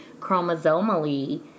chromosomally